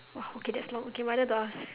!wah! okay that's long my turn to ask